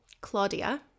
Claudia